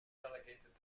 delegated